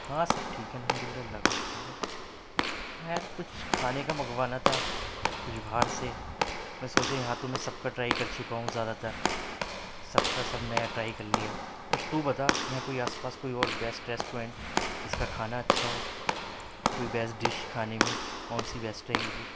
ہاں سب ٹھیک ہے الحمد للہ اللہ کا شکر ہے ہاں یار کچھ کھانے کا منگوانا تھا کچھ باہر سے میں سوچا یہاں تو سب کا ٹرائی کرچکا ہوں زیادہ تر سب کا سب نیا ٹرائی کر لیا کچھ تو بتا یہاں کوئی آس پاس کوئی اور بیسٹ ریسٹورینٹ جس کا کھانا اچھا ہو کوئی بیسٹ ڈش کھانے میں کون سی بیسٹ رہے گی